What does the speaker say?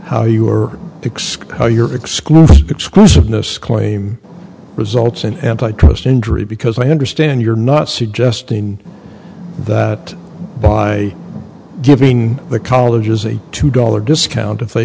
exclusiveness claim results in antitrust injury because i understand you're not suggesting that by giving the colleges a two dollar discount if they